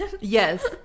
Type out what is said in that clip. yes